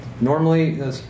normally